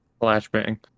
Flashbang